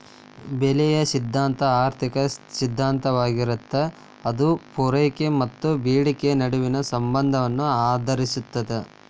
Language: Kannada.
ಬೆಲೆಯ ಸಿದ್ಧಾಂತ ಆರ್ಥಿಕ ಸಿದ್ಧಾಂತವಾಗಿರತ್ತ ಅದ ಪೂರೈಕೆ ಮತ್ತ ಬೇಡಿಕೆಯ ನಡುವಿನ ಸಂಬಂಧನ ಆಧರಿಸಿರ್ತದ